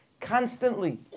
constantly